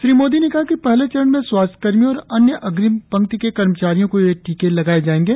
श्री मोदी ने कहा है कि पहले चरण में स्वास्थ्यकर्मियों और अन्य अग्रिम पंक्ति के कर्मचारियों को ये टीके लगाए जाएंगे